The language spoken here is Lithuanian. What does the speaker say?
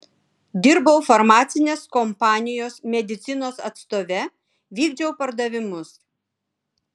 dirbau farmacinės kompanijos medicinos atstove vykdžiau pardavimus